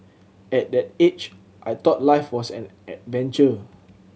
at that age I thought life was an adventure